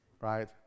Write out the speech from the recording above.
right